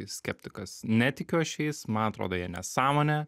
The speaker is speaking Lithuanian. skeptikas netikiu aš jais man atrodo jie nesąmonė